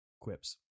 quips